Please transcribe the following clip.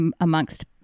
amongst